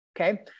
Okay